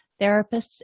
therapists